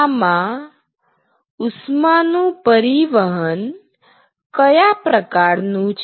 આમાં ઉષ્માનું પરિવહન કયા પ્રકારનું છે